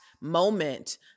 moment